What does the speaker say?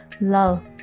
love